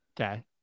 Okay